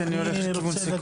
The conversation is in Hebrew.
כי אני הולך לכיוון סיכום.